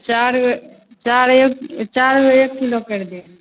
चारि गो चारि एक चारि गो एक किलो करि दिहो